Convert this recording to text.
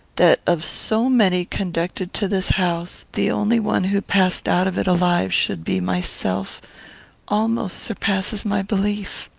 that of so many conducted to this house the only one who passed out of it alive should be myself almost surpasses my belief.